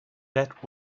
that